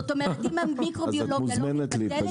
זאת אומרת אם המיקרוביולוגיה לא מתבטלת,